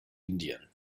indien